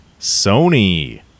Sony